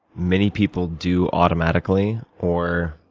many people do automatically or